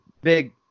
big